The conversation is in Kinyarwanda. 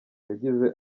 yagize